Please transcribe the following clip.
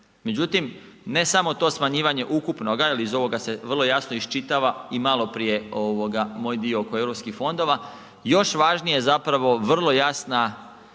Međutim, ne samo to smanjivanje ukupnoga jel iz ovoga se vrlo jasno iščitava i maloprije moj dio oko europskih fondova, još važnije zapravo vrlo jasna